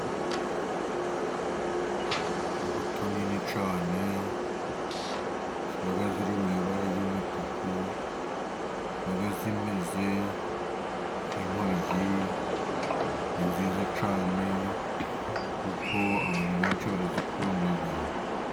Imbuto nini cyane ziba ziri mw'ibara ry'umutuku ziba zimeze nk'intoryi ni nziza cyane kuko abantu benshi barazikunda.